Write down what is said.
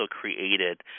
created